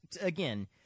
again